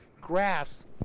Grass